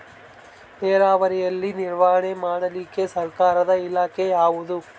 ನೇರಾವರಿಯಲ್ಲಿ ನಿರ್ವಹಣೆ ಮಾಡಲಿಕ್ಕೆ ಸರ್ಕಾರದ ಇಲಾಖೆ ಯಾವುದು?